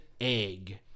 egg